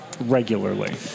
regularly